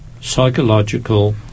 psychological